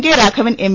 K Raghavan M